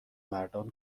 مردان